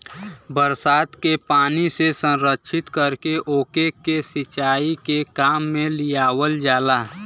बरसात के पानी से संरक्षित करके ओके के सिंचाई के काम में लियावल जाला